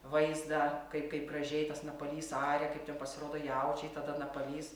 vaizdą kaip kaip gražiai tas napalys aria kaip ten pasirodo jaučiai tada napalys